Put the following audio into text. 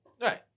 Right